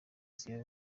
sierra